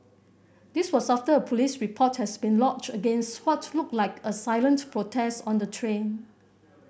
this was after a police report has been lodged against what looked like a silent protest on the train